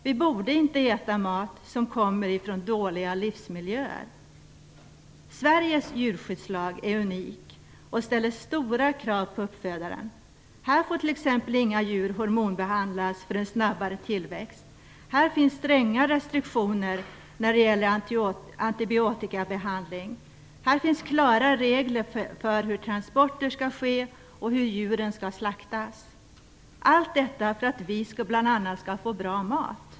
Vi borde inte äta mat som kommer ifrån dåliga livsmiljöer. Sveriges djurskyddslag är unik och ställer stora krav på uppfödaren. Här får t.ex. inga djur hormonbehandlas för en snabbare tillväxt. Här finns stränga restriktioner när det gäller antibiotikabehandling. Här finns klara regler för hur transporter skall ske och hur djuren skall slaktas. Allt detta för att vi skall få bra mat.